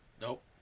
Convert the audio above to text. nope